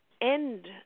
end